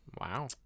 wow